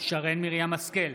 שרן מרים השכל,